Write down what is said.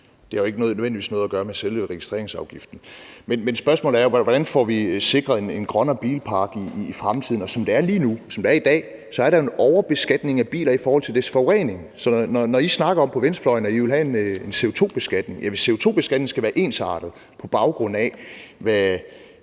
jeg, har jo ikke nødvendigvis noget at gøre med selve registreringsafgiften. Men spørgsmålet er: Hvordan får vi sikret en grønnere bilpark i fremtiden? Og som det er lige nu, som det er i dag, er der jo en overbeskatning af biler i forhold til deres forurening. Så når I på venstrefløjen snakker om, at I vil have en CO2-beskatning, vil jeg sige, at hvis CO2-beskatningen skal være ensartet, på baggrund af hvor